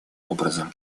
образом